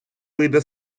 вийде